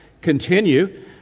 continue